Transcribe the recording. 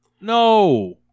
no